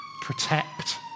protect